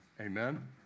Amen